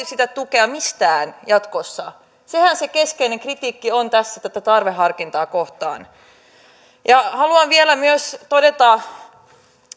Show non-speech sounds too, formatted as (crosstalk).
(unintelligible) sitä tukea mistään jatkossa sehän se keskeinen kritiikki on tässä tätä tarveharkintaa kohtaan haluan myös todeta